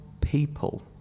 people